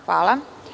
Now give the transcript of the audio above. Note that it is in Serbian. Hvala.